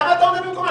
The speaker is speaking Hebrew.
למה אתה עונה במקומה?